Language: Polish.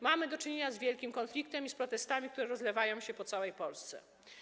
Mamy do czynienia z wielkim konfliktem i z protestami, które rozlewają się po całej Polsce.